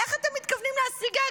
איך אתה מתכוונים להשיגה?